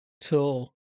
till